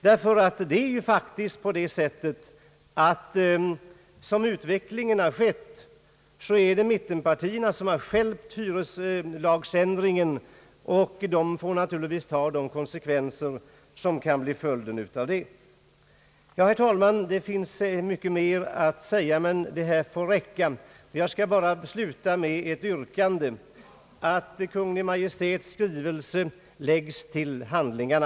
Såsom utvecklingen har varit är det ju faktiskt mittenpartierna som har stjälpt hyreslagändringen. Mittenpartierna får naturligtvis ta de konsekvenser som kan bli följden härav. Herr talman! Det finns mycket mera att säga, men detta får räcka. Jag skall bara avsluta mitt anförande med att yrka, att Kungl. Maj:ts skrivelse läggs till handlingarna.